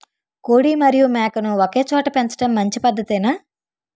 కోడి మరియు మేక ను ఒకేచోట పెంచడం మంచి పద్ధతేనా?